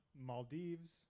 Maldives